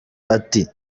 ati